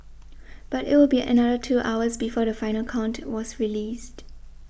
but it would be another two hours before the final count was released